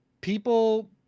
people